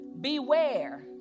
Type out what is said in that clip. beware